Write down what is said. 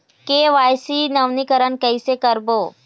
KYC नवीनीकरण कैसे करबो?